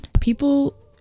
people